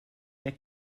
der